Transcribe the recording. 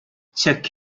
check